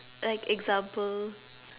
like example